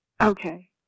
Okay